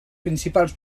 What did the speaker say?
principals